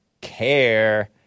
care